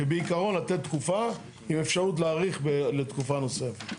שבעיקרון לתת תקופה עם אפשרות להאריך תקופה נוספת.